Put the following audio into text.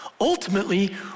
Ultimately